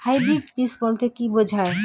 Hybrid বীজ বলতে কী বোঝায়?